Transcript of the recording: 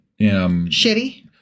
shitty